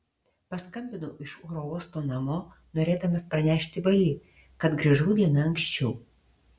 paskambinau iš oro uosto namo norėdamas pranešti vali kad grįžau diena anksčiau